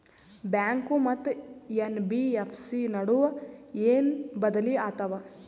Bank ಮತ್ತ NBFC ನಡುವ ಏನ ಬದಲಿ ಆತವ?